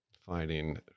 finding